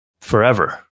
Forever